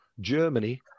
Germany